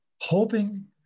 hoping